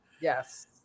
Yes